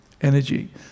energy